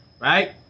right